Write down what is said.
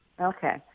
Okay